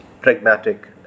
pragmatic